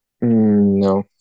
No